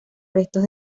restos